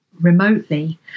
remotely